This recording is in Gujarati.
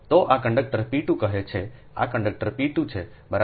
તો આ કંડક્ટર P2 કહે છે કે આ કંડક્ટર P2 છે બરાબર